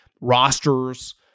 rosters